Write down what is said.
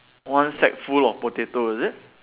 one sack full of potato is it